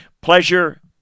Pleasure